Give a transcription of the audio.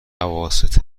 اواسط